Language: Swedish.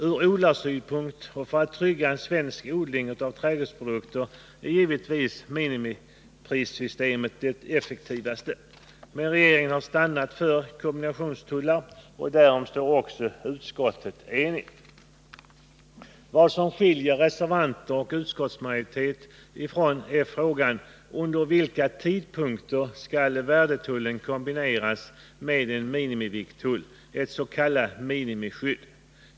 Ur odlarsynpunkt och för att trygga en svensk odling av trädgårdsprodukter är givetvis minimiprissystemet det effektivaste. Men regeringen har stannat för kombinationstullar, och om det förslaget är skatteutskottet enigt. Vad som skiljer reservanter och utskottsmajoritet åt är frågan om under vilka perioder värdetull skall kombineras med minimivikttull eller s.k. miniskydd.